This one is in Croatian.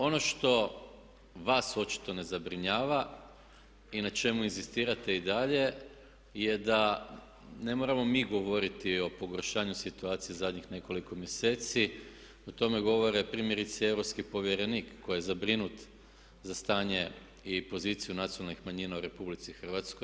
Ono što vas očito ne zabrinjava i na čemu inzistirate i dalje je da ne moramo mi govoriti o pogoršanju situacije zadnjih nekoliko mjeseci, o tome govore primjerice europski povjerenik koji je zabrinut za stanje i poziciju nacionalnih manjina u RH.